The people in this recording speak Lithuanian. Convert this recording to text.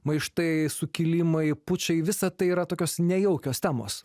maištai sukilimai pučai visa tai yra tokios nejaukios temos